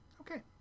Okay